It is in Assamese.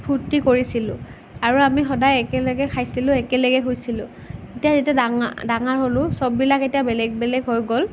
ফূৰ্তি কৰিছিলোঁ আৰু আমি সদায় একেলগে খাইছিলোঁ একেলগে শুইছিলোঁ এতিয়া যেতিয়া ডাঙৰ ডাঙাৰ হ'লোঁ চববিলাক এতিয়া বেলেগ বেলেগ হৈ গ'ল